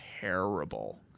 terrible